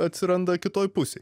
atsiranda kitoj pusėj